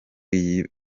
y’ibanze